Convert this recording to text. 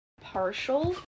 partial